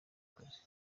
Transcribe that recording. kazi